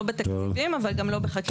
לא בתקציבים אבל גם לא בחקיקה.